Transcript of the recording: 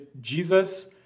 Jesus